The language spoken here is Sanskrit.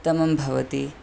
उत्तमं भवति